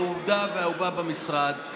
אהודה ואהובה במשרד.